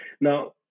Now